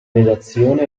redazione